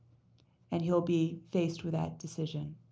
and he'll be faced with that decision.